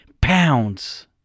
pounds